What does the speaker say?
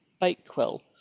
Bakewell